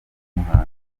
muhanzi